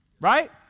Right